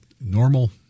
normal